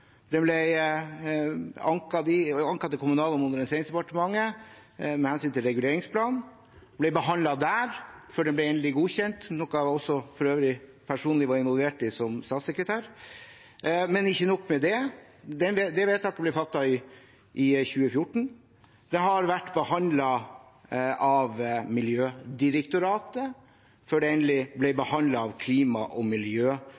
Den har vært behandlet av kommunestyret og Fylkesmannen. Den ble anket til Kommunal- og moderniseringsdepartementet med hensyn til reguleringsplanen og ble behandlet der før den ble endelig godkjent, noe jeg for øvrig personlig var involvert i som statssekretær. Men ikke nok med det: Vedtaket ble fattet i 2014. Det har vært behandlet av Miljødirektoratet, før det ble behandlet av Klima- og miljødepartementet med endelig